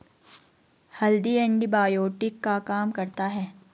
हल्दी एंटीबायोटिक का काम करता है